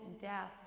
death